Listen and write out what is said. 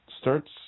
starts